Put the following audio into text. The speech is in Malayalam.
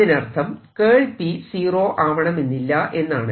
അതിനർത്ഥം P സീറോ ആവണമെന്നില്ല എന്നാണ്